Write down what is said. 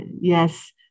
yes